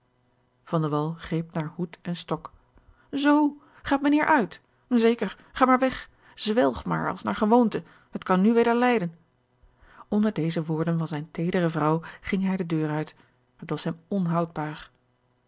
greep naar hoed en stok z gaat mijnheer uit zeker ga maar weg zwelg maar als naar gewoonte het kan nu weder lijden onder deze woorden van zijne teedere vrouw ging hij de deur uit het was hem